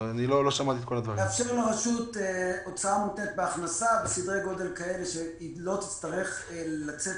לאפשר לרשות הוצאה מותנית בהכנסה בסדרי גודל כאלה שהיא לא תצטרך לצאת